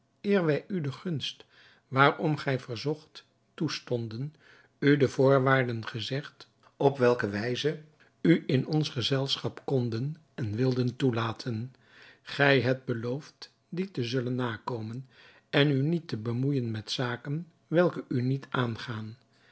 wij u de gunst waarom gij verzocht toestonden u de voorwaarden gezegd op welke wij u in ons gezelschap konden en wilden toelaten gij hebt beloofd die te zullen nakomen en u niet te bemoeijen met zaken welke u niet aangaan